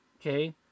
Okay